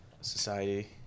Society